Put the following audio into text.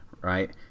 right